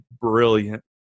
brilliant